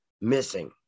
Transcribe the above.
missing